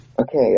Okay